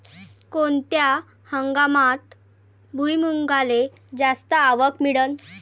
कोनत्या हंगामात भुईमुंगाले जास्त आवक मिळन?